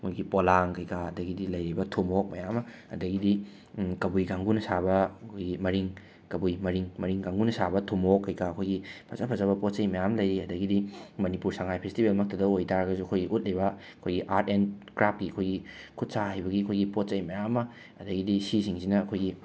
ꯑꯩꯈꯣꯏꯒꯤ ꯄꯣꯂꯥꯡ ꯀꯩꯀꯥ ꯑꯗꯒꯤꯗꯤ ꯂꯩꯔꯤꯕ ꯊꯨꯃꯣꯛ ꯃꯌꯥꯝ ꯑꯃ ꯑꯗꯒꯤꯗꯤ ꯀꯕꯨꯏ ꯀꯥꯡꯕꯨꯅ ꯁꯥꯕ ꯑꯩꯈꯣꯏꯒꯤ ꯃꯔꯤꯡ ꯀꯕꯨꯏ ꯃꯔꯤꯡ ꯃꯔꯤꯡ ꯀꯥꯡꯕꯨꯅ ꯁꯥꯕ ꯊꯨꯃꯣꯛ ꯀꯩꯀꯥ ꯑꯩꯈꯣꯏꯒꯤ ꯐꯖ ꯐꯖꯕ ꯄꯣꯠꯆꯩ ꯃꯌꯥꯝ ꯂꯩꯔꯤ ꯑꯗꯒꯤꯗꯤ ꯃꯅꯤꯄꯨꯔ ꯁꯉꯥꯏ ꯐꯦꯁꯇꯤꯕꯦꯜꯃꯛꯇꯗ ꯑꯣꯏꯕ ꯇꯥꯔꯒꯁꯨ ꯑꯩꯈꯣꯏꯒꯤ ꯎꯠꯂꯤꯕ ꯑꯩꯈꯣꯏꯒꯤ ꯑꯥꯔꯠ ꯑꯦꯟ ꯀ꯭ꯔꯥꯞꯀꯤ ꯑꯩꯈꯣꯏꯒꯤ ꯈꯨꯠ ꯁꯥ ꯍꯩꯕꯒꯤ ꯑꯩꯈꯣꯏꯒꯤ ꯄꯣꯠ ꯆꯩ ꯃꯌꯥꯝꯃ ꯑꯗꯒꯤꯗꯤ ꯁꯤꯁꯤꯡꯁꯤꯅ ꯑꯩꯈꯣꯏꯒꯤ